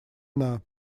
она